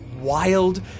wild